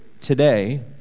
today